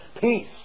Peace